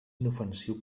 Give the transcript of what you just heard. inofensiu